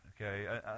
okay